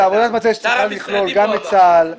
זו עבודת מטה שצריכה לכלול גם את צה"ל וגם את משרד